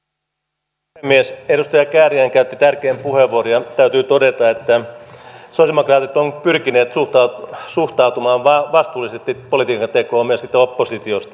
edustaja kääriäinen käytti tärkeän puheenvuoron ja täytyy todeta että sosialidemokraatit ovat pyrkineet suhtautumaan vastuullisesti politiikan tekoon myöskin oppositiosta